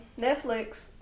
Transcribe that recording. Netflix